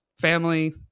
family